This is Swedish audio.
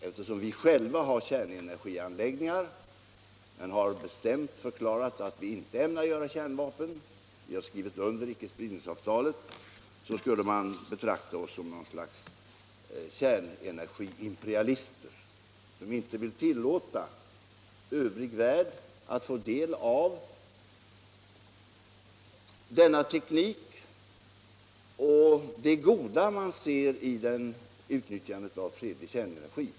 Eftersom vi själva har kärnenergianläggningar, men bestämt har förklarat att vi inte ämnar tillverka kärnvapen och har skrivit under icke-spridningsavtalet, skulle man betrakta oss som kärnenergiimperialister som inte vill tillåta övriga världen att få del av denna teknik och det goda man ser i det fredliga utnyttjandet av kärnenergin.